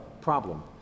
problem